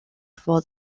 for